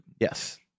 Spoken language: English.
Yes